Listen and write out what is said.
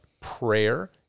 prayer